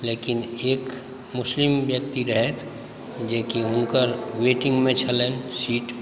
लेकिन एक मुस्लिम व्यक्ति रहैत जे कि हुनकर वेटिंगमे छलनि सीट